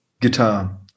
Guitar